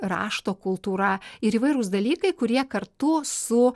rašto kultūra ir įvairūs dalykai kurie kartu su